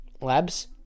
Labs